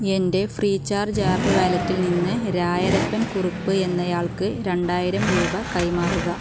എൻ്റെ Freecharge app വാലറ്റിൽ നിന്ന് രായരപ്പൻ കുറുപ്പ് എന്നയാൾക്ക് രണ്ടായിരം രൂപ കൈമാറുക